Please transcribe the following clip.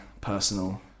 personal